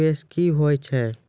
निवेश क्या है?